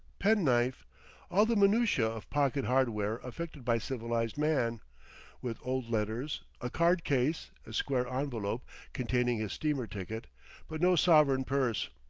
penknife all the minutiae of pocket-hardware affected by civilized man with old letters, a card-case, a square envelope containing his steamer ticket but no sovereign purse.